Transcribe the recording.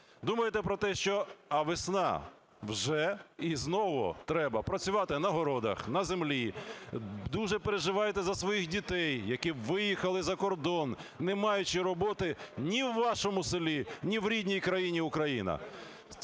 Думаєте про те, що, а весна вже і знову треба працювати на городах, на землі, дуже переживаєте за своїх дітей, які виїхали за кордон, не маючи роботи ні в вашому селі, ні в рідній країні Україна.